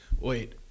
wait